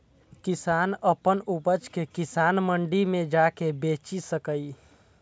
किसान अपन उपज कें किसान मंडी मे जाके बेचि सकैए